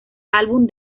álbum